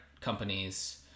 companies